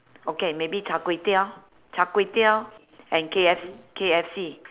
okay maybe char-kway-teow char-kway-teow and K F K_F_C